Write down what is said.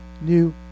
new